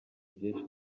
byinshi